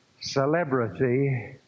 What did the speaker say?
celebrity